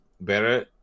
better